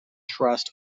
trust